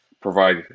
provide